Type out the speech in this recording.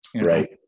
Right